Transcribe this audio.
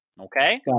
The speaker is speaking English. Okay